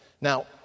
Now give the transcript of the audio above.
Now